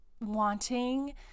wanting